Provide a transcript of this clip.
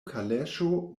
kaleŝo